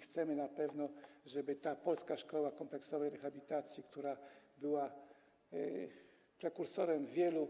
Chcemy na pewno, żeby polska szkoła kompleksowej rehabilitacji, która była prekursorem wielu